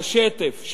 לשטף,